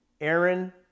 Aaron